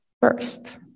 first